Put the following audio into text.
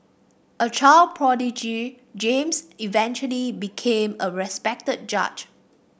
a child prodigy James eventually became a respected judge